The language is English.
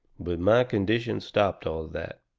but my condition stopped all that.